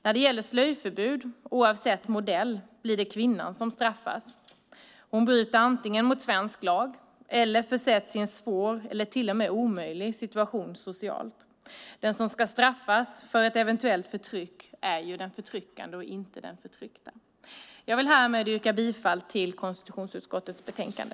När det gäller slöjförbud, oavsett modell, blir det kvinnan som straffas; hon bryter antingen mot svensk lag eller försätts i en svår eller till och med omöjlig situation socialt. Den som ska straffas för ett eventuellt förtryck är den förtryckande, och inte den förtryckta. Jag vill härmed yrka bifall till utskottets förslag i konstitutionsutskottets betänkande.